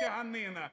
тяганина,